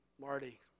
Marty